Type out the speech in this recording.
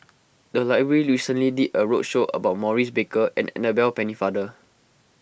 the library recently did a roadshow about Maurice Baker and Annabel Pennefather